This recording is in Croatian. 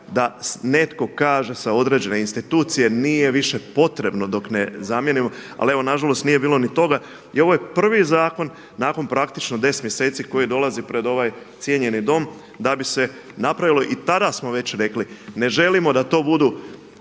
da netko kaže sa određene institucije nije više potrebno dok ne zamijenimo. Ali evo nažalost nije bilo ni toga. I ovo je prvi zakon nakon praktično 10 mjeseci koji dolazi pred ovaj cijenjeni dom da bi se napravilo. I tada smo već rekli, ne želimo da to budu